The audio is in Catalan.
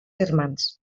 firmants